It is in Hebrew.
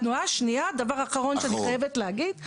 דבר אחרון שאני חייבת להגיד,